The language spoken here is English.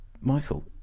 michael